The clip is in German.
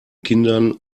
kindern